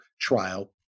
trial